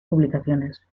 publicaciones